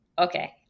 okay